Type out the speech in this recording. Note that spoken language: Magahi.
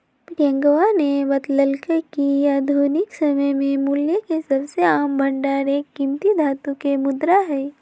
प्रियंकवा ने बतल्ल कय कि आधुनिक समय में मूल्य के सबसे आम भंडार एक कीमती धातु के मुद्रा हई